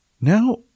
Now